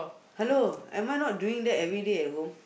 hello am I not doing that everyday at home